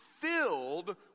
filled